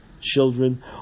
Children